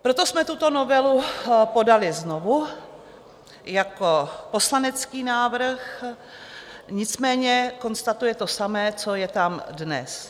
Proto jsme tuto novelu podali znovu jako poslanecký návrh, nicméně konstatuje to samé, co je tam dnes.